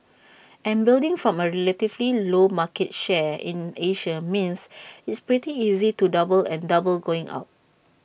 and building from A relatively low market share in Asia means it's pretty easy to double and double going up